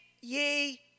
ye